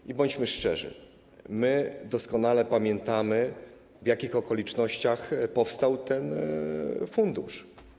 I bądźmy szczerzy, my doskonale pamiętamy, w jakich okolicznościach powstał ten fundusz.